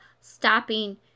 stopping